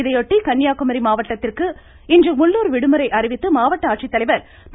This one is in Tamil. இதையொட்டி கன்னியாக்குமரி மாவட்டத்திற்கு இன்று உள்ளுர் விடுமுறை அறிவித்து மாவட்ட ஆட்சித்தலைவர் திரு